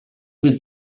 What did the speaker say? was